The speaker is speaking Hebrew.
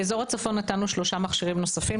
לאזור הצפון נתנו שלושה מכשירים נוספים,